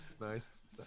nice